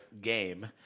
game